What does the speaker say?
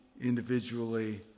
individually